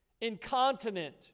incontinent